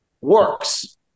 works